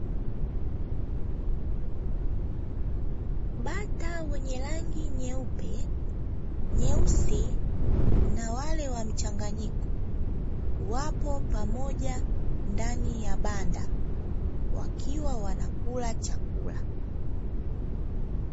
Bata wenye rangi nyeupe, nyeusi na wale wa mchanganyiko wapo pamoja ndani ya banda wakiwa wanakula chakula.